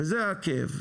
וזה הכאב,